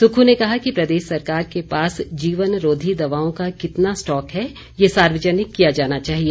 सुक्खू ने कहा कि प्रदेश सरकार के पास जीवनरोधी दवाओं का कितना स्टॉक है यह सार्वजनिक किया जाना चाहिए